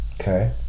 Okay